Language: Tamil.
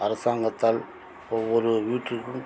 அரசாங்கத்தால் ஒவ்வொரு வீட்டிற்கும்